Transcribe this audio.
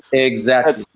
so exactly,